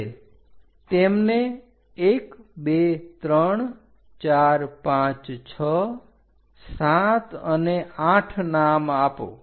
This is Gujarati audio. હવે તેમને 1234567 અને 8 નામ આપો